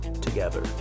together